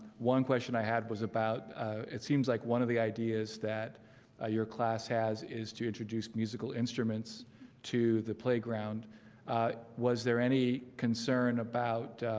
one question i had was about it seems like one of the ideas that ah your class has is to introduce musical instruments to the playground was there any concern about?